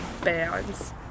bands